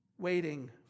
waiting